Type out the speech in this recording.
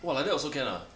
!wah! like that also can ah